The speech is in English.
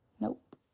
Nope